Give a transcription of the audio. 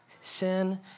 sin